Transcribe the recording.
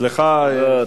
סליחה אם הפרענו לך.